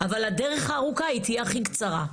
אבל הדרך הארוכה היא תהיה הכי קצרה.